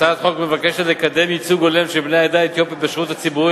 הצעת החוק מבקשת לקדם ייצוג הולם של בני העדה האתיופית בשירות הציבורי,